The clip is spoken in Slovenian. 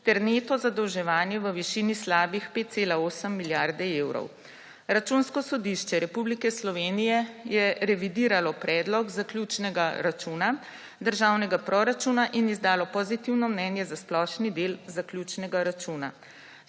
ter neto zadolževanje v višini slabih 5,8 milijarde evrov. Računsko sodišče Republike Slovenije je revidiralo predlog zaključnega računa državnega proračuna in izdalo pozitivno mnenje za splošni del zaključnega računa.